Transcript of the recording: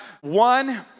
One